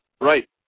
Right